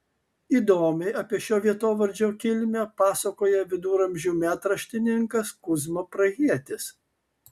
įdomiai apie šio vietovardžio kilmę pasakoja viduramžių metraštininkas kuzma prahietis